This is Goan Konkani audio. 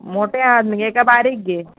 मोटे आहात मगे कांय बारीक गे